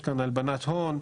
יש כאן הלבנת הון,